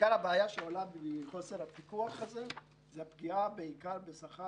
עיקר הבעיה שעולה מחוסר הפיקוח הזה היא הפגיעה בשכר